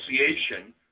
Association